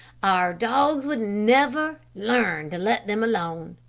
our dogs would never learn to let them alone.